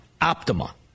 Optima